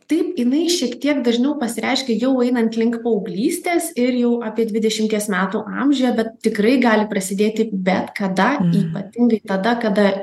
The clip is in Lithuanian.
taip jinai šiek tiek dažniau pasireiškia jau einant link paauglystės ir jau apie dvidešimties metų amžiuje bet tikrai gali prasidėti bet kada ypatingai tada kada